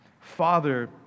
Father